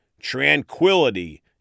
tranquility